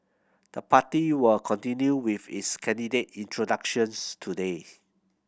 the party will continue with its candidate introductions today